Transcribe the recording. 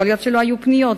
יכול להיות שלא היו פניות,